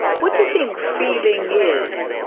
what do you think feeling is?